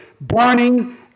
burning